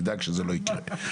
שנדאג שזה לא יקרה.